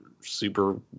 super